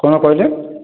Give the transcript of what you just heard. କ'ଣ କହିଲେ